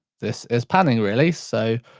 this is panning, really. so,